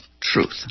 truth